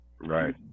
Right